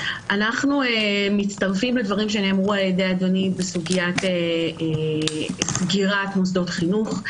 אנחנו מצטרפים לדברים שנאמרו על ידי אדוני בסוגיית סגירת מוסדות חינוך.